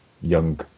young